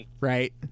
Right